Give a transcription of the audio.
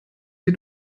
sie